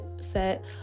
set